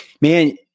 man